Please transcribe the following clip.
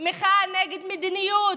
מחאה נגד מדיניות,